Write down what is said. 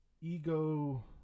ego